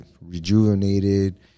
rejuvenated